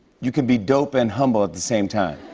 you can be dope and humble at the same time.